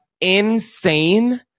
insane